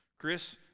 Chris